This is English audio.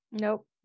Nope